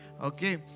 Okay